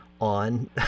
on